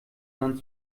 sand